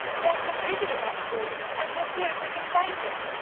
then what lydia let fall, and her fear of wickham's anger.